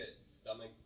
stomach